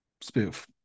spoof